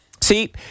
See